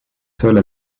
seule